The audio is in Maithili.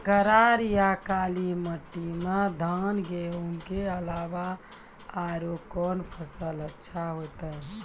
करार या काली माटी म धान, गेहूँ के अलावा औरो कोन फसल अचछा होतै?